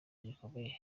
gikomeye